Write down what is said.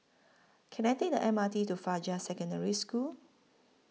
Can I Take The M R T to Fajar Secondary School